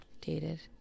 dated